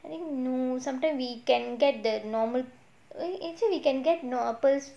I think you no sometimes we can get the normal eh actually we can get normal pearls